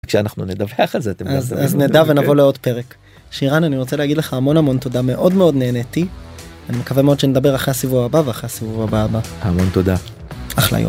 כשאנחנו נדווח על זה אז נדע ונבוא לעוד פרק שירן אני רוצה להגיד לך המון המון תודה מאוד מאוד נהניתי מקווה מאוד שנדבר אחרי הסיבוב הבא ואחרי הסיבוב הבא הבא המון תודה, אחלה יום.